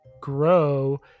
grow